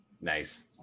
Nice